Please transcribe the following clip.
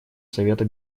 совета